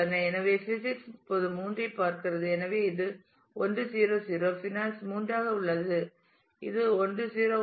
எனவே பிசிக்ஸ் இப்போது 3 ஐப் பார்க்கிறது எனவே இது 1 0 0 ஃபைனான்ஸ் 3 ஆக உள்ளது இது 1 0 1